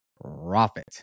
profit